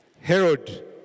Herod